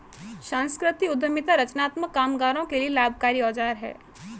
संस्कृति उद्यमिता रचनात्मक कामगारों के लिए लाभकारी औजार है